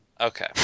Okay